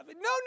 no